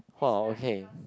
!wow! okay